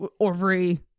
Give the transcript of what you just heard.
ovary